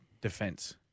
defense